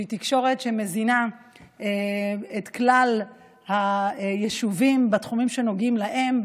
תקשורת שמזינה את כלל היישובים בתחומים שנוגעים להם,